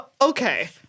okay